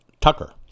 Tucker